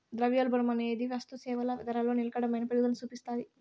ద్రవ్యోల్బణమనేది వస్తుసేవల ధరలో నిలకడైన పెరుగుదల సూపిస్తాది